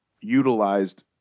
utilized